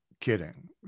kidding